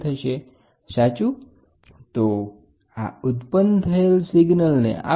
તો આ વાત થઇ બેઝીક રેઝીસ્ટન્ટ ટાઇપ પ્રેસર ટ્રાન્સડ્યુસરના સિદ્ધાંતની જેના પર તે કામ કરે છે જેના કારણે ઇલેક્ટ્રીકલ અવરોધ બદલાય છે